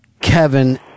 Kevin